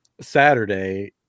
Saturday